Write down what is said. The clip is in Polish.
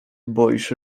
boisz